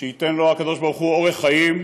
שייתן לו הקדוש ברוך הוא אורך חיים,